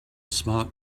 smart